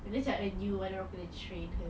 nak cari a you nanti triggered